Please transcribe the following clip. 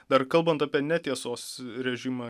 dar kalbant apie netiesos režimą